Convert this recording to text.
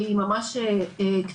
היא ממש קטנה,